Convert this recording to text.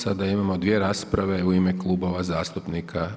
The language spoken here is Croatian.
Sada imamo dvije rasprave u ime klubova zastupnika.